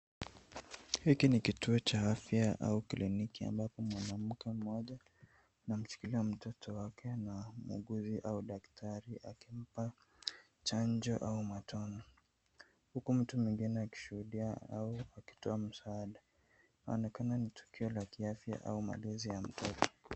Hiki ni kituo cha afya au klini ambapo mwanamke mmoja anamshikilia mtoto wake na muuguzi au daktari akimpa chanjo au matone, huku mtu mwingine akishuhudia au akitoa msaada. Inaonekana ni tukio la kiafya au malezi ya mtoto.